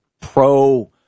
pro